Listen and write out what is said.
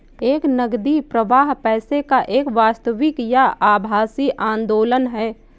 एक नकदी प्रवाह पैसे का एक वास्तविक या आभासी आंदोलन है